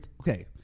Okay